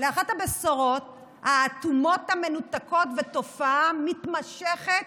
לאחת הבשורות האטומות, המנותקות, תופעה מתמשכת